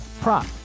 prop